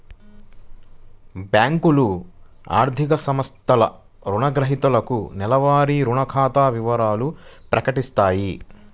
బ్యేంకులు, ఆర్థిక సంస్థలు రుణగ్రహీతలకు నెలవారీ రుణ ఖాతా వివరాలను ప్రకటిత్తాయి